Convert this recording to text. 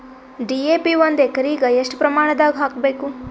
DAP ಒಂದು ಎಕರಿಗ ಎಷ್ಟ ಪ್ರಮಾಣದಾಗ ಹಾಕಬೇಕು?